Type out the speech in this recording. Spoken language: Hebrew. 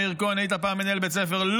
מאיר כהן, היית פעם מנהל בית ספר.